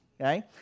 okay